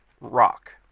rock